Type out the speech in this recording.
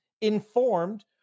informed